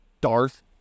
Darth